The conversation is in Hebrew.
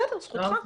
בסדר, זכותך.